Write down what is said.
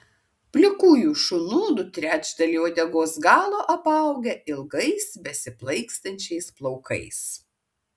plikųjų šunų du trečdaliai uodegos galo apaugę ilgais besiplaikstančiais plaukais